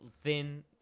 thin